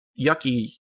yucky